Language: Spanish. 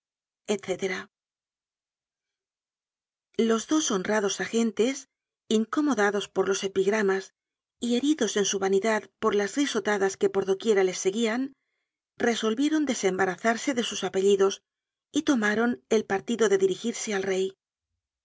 etc los dps honrados agentes incomodados por los epigramas y heridos en su vanidad por las risotadas que por do quiera los seguían resolvieron desembarazarse de sus apellidos y tomaron el partido de dirigirse al rey